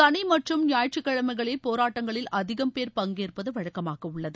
சனி மற்றும் ஞாயிற்றுக்கிழமைகளில் போராட்டங்களில் அதிகம் பேர் பங்கேற்பது வழக்கமாகவுள்ளது